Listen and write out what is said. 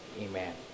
Amen